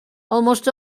almost